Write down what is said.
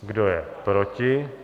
Kdo je proti?